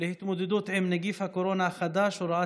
להתמודדות עם נגיף הקורונה החדש (הוראת